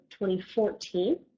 2014